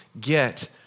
get